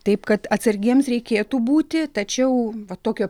taip kad atsargiems reikėtų būti tačiau va tokio